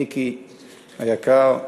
מיקי היקר,